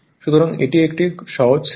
সুতরাং এটি একটি সহজ সিরিজ সার্কিট হবে